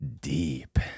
deep